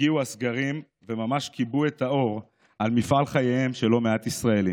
הגיעו הסגרים וממש כיבו את האור על מפעל חייהם של לא מעט ישראלים.